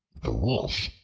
the wolf,